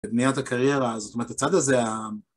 בניית הקריירה הזאת, זאת אומרת, הצד הזה,